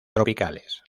tropicales